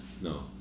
No